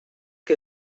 que